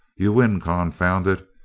you win, confound it!